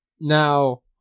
Now